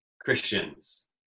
Christians